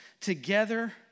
together